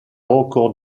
record